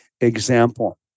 example